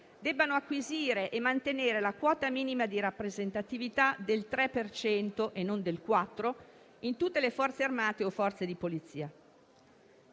debbano acquisire e mantenere la quota minima di rappresentatività del 3 per cento (e non del 4) in tutte le Forze armate o Forze di polizia.